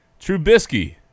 Trubisky